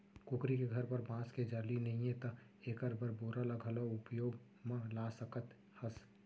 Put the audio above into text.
कुकरी के घर बर बांस के जाली नइये त एकर बर बोरा ल घलौ उपयोग म ला सकत हस